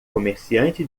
comerciante